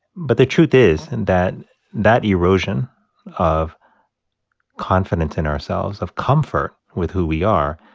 but the truth is and that that erosion of confidence in ourselves, of comfort with who we are,